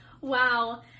Wow